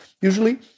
usually